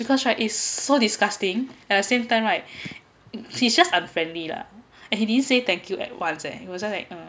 because right is so disgusting at the same time right he's just unfriendly lah and he didn't say thank you at once leh he was just like